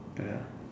ya